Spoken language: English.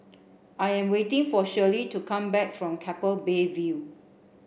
I am waiting for Shirley to come back from Keppel Bay View